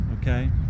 Okay